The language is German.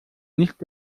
nicht